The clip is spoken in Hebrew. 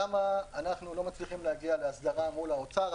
לשם אנחנו לא מצליחים להגיע להסדרה מול האוצר,